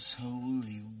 holy